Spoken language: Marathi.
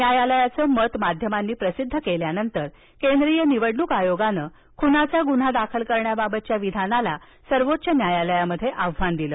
न्यायालयाचं मत माध्यमांनी प्रसिद्ध केल्यानंतर केंद्रीय निवडणूक आयोगानंखुनाचा गुन्हा दाखल करण्याबाबतच्या विधानाला सर्वोच्च न्यायालयात आव्हान दिलं